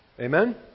Amen